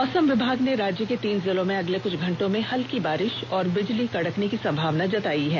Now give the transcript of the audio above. मौसम विभाग ने राज्य के तीन जिलों में अगले कुछ घंटों में हल्की बारिष और बिजली कड़कने की संभावना जतायी है